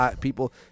people